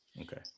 Okay